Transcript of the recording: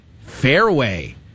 fairway